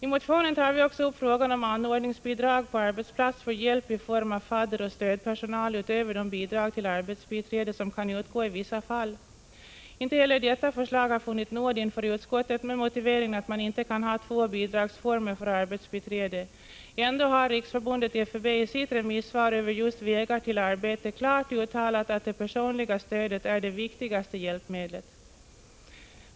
I motionen tar vi också upp frågan om anordningsbidrag på arbetsplats för hjälp i form av fadderoch stödpersonal utöver de bidrag till arbetsbiträde som kan utgå i vissa fall. Inte heller detta förslag har funnit nåd inför utskottet, som avstyrker det med motiveringen att man inte kan ha två bidragsformer för arbetsbiträde. Ändå har Riksförbundet FUB i sitt resmissvar över just Vägar till arbete klart uttalat att det personliga stödet är det viktigaste hjälpmedlet.